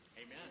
Amen